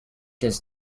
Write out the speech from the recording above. does